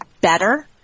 better